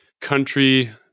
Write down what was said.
Country